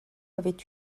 avaient